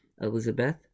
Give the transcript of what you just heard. elizabeth